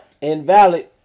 Invalid